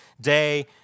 day